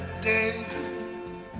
day